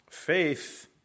faith